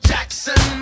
Jackson